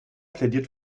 plädiert